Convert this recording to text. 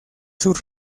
sur